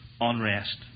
unrest